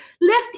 Left